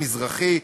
מזרחי,